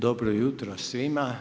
Dobro jutro svima.